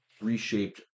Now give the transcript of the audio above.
reshaped